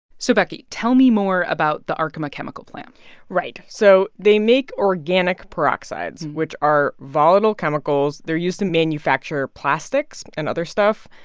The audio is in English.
so, becky, tell me more about the arkema chemical plant right. so they make organic peroxides, which are volatile chemicals. they're used to manufacture plastics and other stuff.